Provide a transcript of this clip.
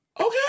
okay